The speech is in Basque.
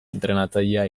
entrenatzailea